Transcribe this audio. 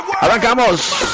Arrancamos